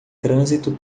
trânsito